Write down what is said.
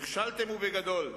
נכשלתם, ובגדול.